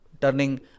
turning